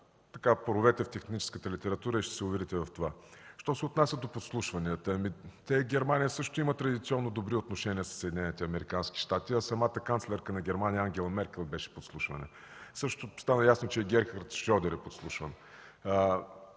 Поровете се в техническата литература и ще се уверите в това. Що се отнася до подслушванията, Германия също има традиционно добри отношения със Съединените американски щати, а самата канцлерка на Германия Ангела Меркел беше подслушвана. Също стана ясно, че Герхард Шрьодер е подслушван.